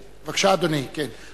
בבקשה, אדוני, כן.